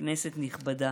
כנסת נכבדה.